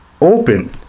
open